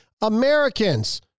Americans